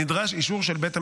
נדרש אישור של בית המשפט,